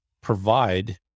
provide